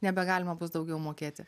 nebegalima bus daugiau mokėti